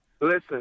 Listen